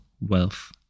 wealth